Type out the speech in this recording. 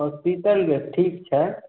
hospital गेल ठीक छनि